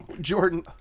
Jordan